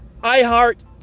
iHeart